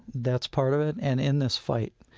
that's part of it. and in this fight,